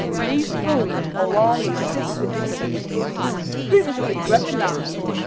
these schools, along of six virginia beach schools previously recognized,